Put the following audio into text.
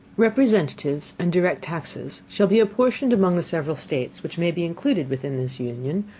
representatives and direct taxes shall be apportioned among the several states which may be included within this union,